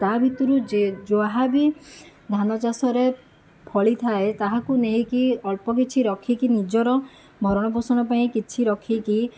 ତା' ଭିତରୁ ଯିଏ ଯାହାବି ଧାନ ଚାଷରେ ଫଳିଥାଏ ତାହାକୁ ନେଇକି ଅଳ୍ପ କିଛି ରଖିକି ନିଜର ଭରଣପୋଷଣ ପାଇଁ କିଛି ରଖିକି